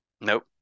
Nope